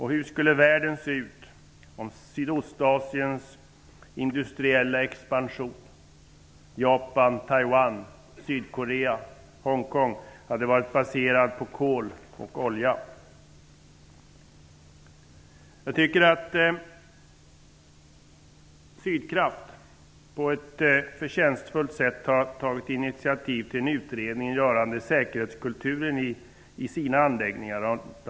Hur skulle världen se ut om Sydostasiens industriella expansion -- Japan, Taiwan, Sydkorea, Hongkong -- hade varit baserad på kol och olja? Jag tycker att Sydkraft på ett förtjänstfullt sätt har tagit initiativ till en utredning rörande säkerhetskulturen i sina anläggningar.